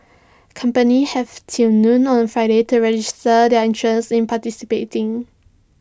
companies have till noon on Friday to register their interest in participating